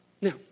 Now